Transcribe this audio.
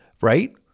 right